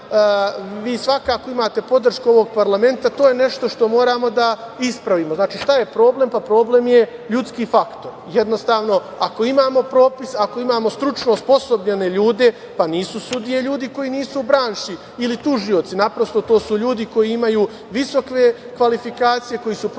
vi svakako imate podršku ovog parlamenta, to je nešto što moramo da ispravimo. Znači, šta je problem? Pa, problem je ljudski faktor. Jednostavno, ako imamo propis, ako imamo stručno osposobljene ljude, pa nisu sudije ljudi koji nisu u branši ili tužioci. Naprosto, to su ljudi koji imaju visoke kvalifikacije, koji su prošli